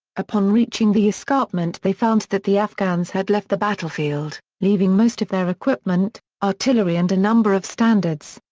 upon reaching the escarpment escarpment they found that the afghans had left the battlefield, leaving most of their equipment, artillery and a number of standards.